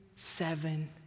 seven